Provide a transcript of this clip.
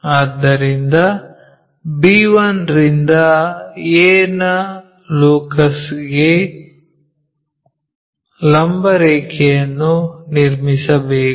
ಆದ್ದರಿಂದ b1 ರಿಂದ a ನ ಲೊಕಸ್ಗೆ ಲಂಬ ರೇಖೆಯನ್ನು ನಿರ್ಮಿಸಬೇಕು